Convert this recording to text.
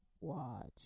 Watch